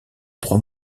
trois